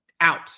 Out